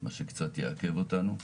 מה שקצת יעכב אותנו.